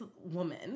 woman